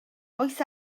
oes